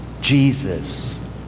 Jesus